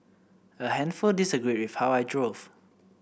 a handful disagreed with how I drove